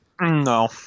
no